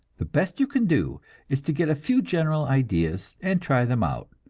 the best you can do is to get a few general ideas and try them out,